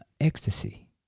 Ecstasy